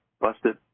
Busted